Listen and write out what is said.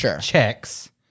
checks